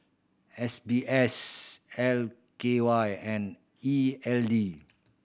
S B S L K Y and E L D